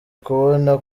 kubona